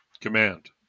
Command